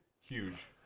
Huge